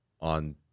on